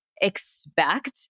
expect